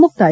ಮುಕ್ತಾಯ